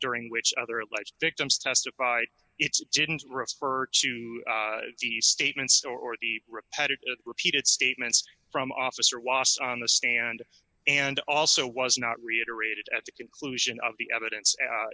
during which other alleged victims testified it's didn't refer to the statements or the repetitive repeated statements from officer wass on the stand and also was not reiterated at the conclusion of the evidence